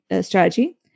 strategy